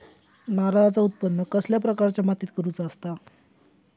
नारळाचा उत्त्पन कसल्या प्रकारच्या मातीत करूचा असता?